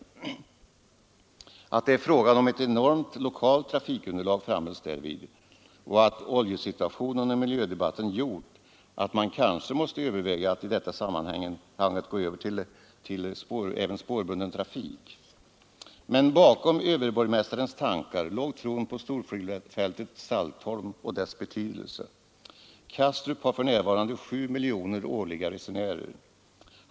Därvid framhölls att det är fråga om ett enormt lokalt trafikunderlag och att oljesituationen och miljödebatten gjort att det måste övervägas att i detta sammanhang gå över till även spårbunden trafik. Bakom överborgmästarens tankar låg tron på storflygfältet Saltholm och dess betydelse. Kastrup har för närvarande 7 miljoner resenärer årligen.